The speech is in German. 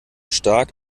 stark